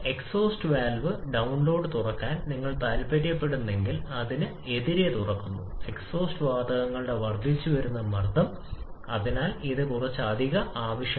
സമൃദ്ധമായ മിശ്രിതം എന്നതിനർത്ഥം കൂടുതൽ വായു അല്ലെങ്കിൽ കുറഞ്ഞത് നൽകണം എന്നാണ് നമ്മൾ വിതരണം ചെയ്യാത്തതും കുറച്ച് വിതരണം ചെയ്തതുമായ വായുവിന്റെ അളവ് ആവശ്യമാണ്